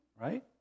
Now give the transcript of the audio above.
right